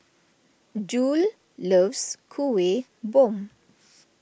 Jule loves Kuih Bom